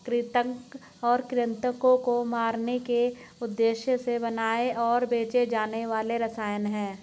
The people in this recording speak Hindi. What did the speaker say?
कृंतक कृन्तकों को मारने के उद्देश्य से बनाए और बेचे जाने वाले रसायन हैं